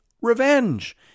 revenge